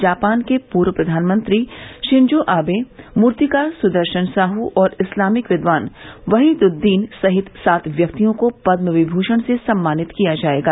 Japan के पूर्व प्रधानमंत्री शिन्जो आबे मूर्तिकार सुदर्शन साहू और इस्लामिक विद्वान वहीदुद्दीन सहित सात व्यक्तियों को पदम विभूषण से सम्मानित किया जायेगा